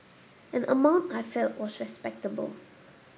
an amount I felt was respectable